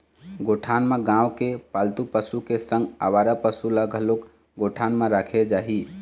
गौठान म गाँव के पालतू पशु के संग अवारा पसु ल घलोक गौठान म राखे जाही